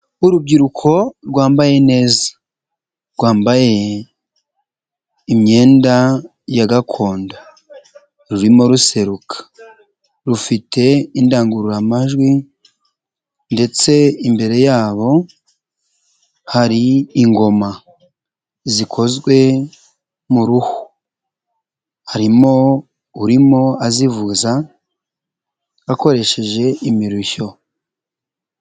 Urubyiruko rwambaye neza rwambaye imyenda ya gakondo, rurimo ruseruka rufite indangururamajwi ndetse imbere yabo hari ingoma zikozwe mu ruhu, harimo urimo azivuza akoresheje imirishyo.